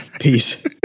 peace